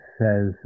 says